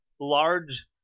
large –